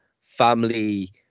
family